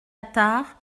attard